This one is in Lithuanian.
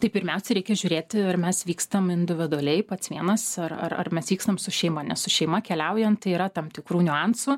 tai pirmiausia reikia žiūrėti ar mes vykstam individualiai pats vienas ar ar ar mes vykstam su šeima nes su šeima keliaujant tai yra tam tikrų niuansų